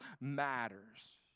matters